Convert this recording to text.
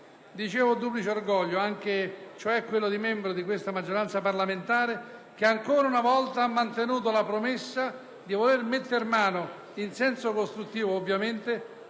secondo luogo, l'orgoglio è quello di membro di questa maggioranza parlamentare che, ancora una volta, ha mantenuto la promessa di voler metter mano, in senso costruttivo ovviamente,